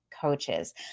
coaches